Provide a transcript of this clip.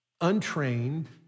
untrained